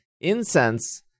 incense